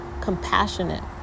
compassionate